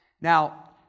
Now